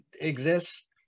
exists